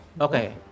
Okay